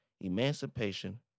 Emancipation